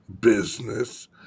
business